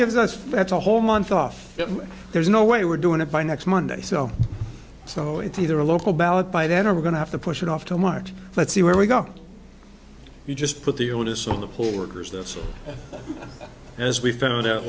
gives us feds a whole month off there's no way we're doing it by next monday so so it's either a local ballot by then or we're going to have to push it off till march let's see where we go you just put the onus on the poll workers that's as we found out